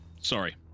Sorry